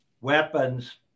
weapons